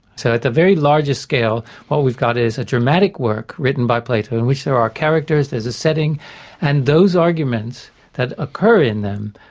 so at the very largest scale, what we've got is a dramatic work written by plato in which there are characters, there's a setting and those arguments that occur in them,